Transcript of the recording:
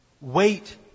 Wait